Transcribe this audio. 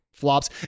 flops